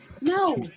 No